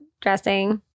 dressing